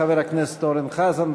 חבר הכנסת אורן חזן.